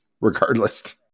regardless